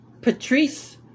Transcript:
Patrice